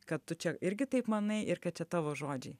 kad tu čia irgi taip manai ir kad čia tavo žodžiai